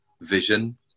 vision